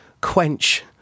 quench